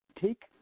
take